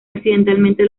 accidentalmente